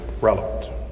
relevant